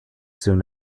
soon